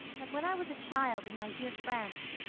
that when i was a child in my dear france,